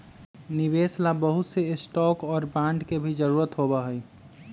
निवेश ला बहुत से स्टाक और बांड के भी जरूरत होबा हई